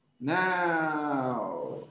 Now